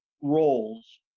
roles